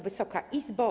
Wysoka Izbo!